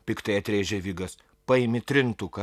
piktai atrėžė vigas paimi trintuką